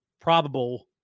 probable